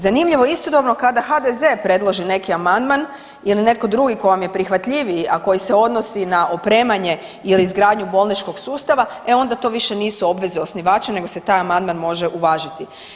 Zanimljivo je istodobno kada HDZ-e predloži neke amandman ili netko drugi tko vam je prihvatljiviji, a koji se odnosi na opremanje ili izgradnju bolničkog sustava e onda to više nisu obveze osnivača, nego se taj amandman može uvažiti.